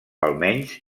almenys